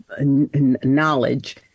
knowledge